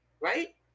Right